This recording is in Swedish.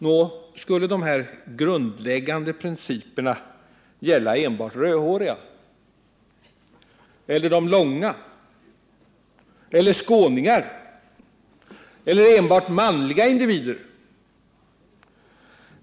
Nå, skulle dessa grundläggande principer gälla enbart rödhåriga eller de långa eller skåningar eller enbart manliga individer?